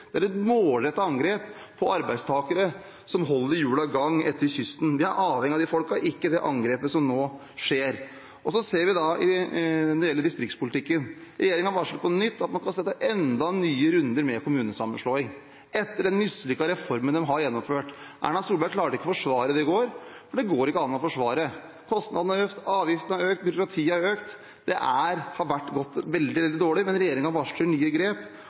Det er et målrettet angrep på arbeidstakere som holder hjulene i gang etter kysten. Vi er avhengig av disse folkene, og ikke det angrepet som nå skjer. Så ser vi når det gjelder distriktspolitikken, at regjeringen varsler på nytt at man skal ha enda nye runder med kommunesammenslåing, etter den mislykkede reformen de har gjennomført. Erna Solberg klarte ikke å forsvare det i går, for det går ikke an å forsvare. Kostnadene har økt, avgiftene har økt, byråkratiet har økt. Det har gått veldig dårlig, men regjeringen varsler nye grep.